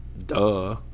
Duh